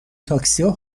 تاکسیا